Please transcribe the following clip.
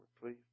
please